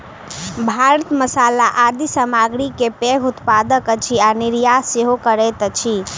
भारत मसाला आदि सामग्री के पैघ उत्पादक अछि आ निर्यात सेहो करैत अछि